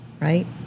Right